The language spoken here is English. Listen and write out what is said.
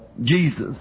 Jesus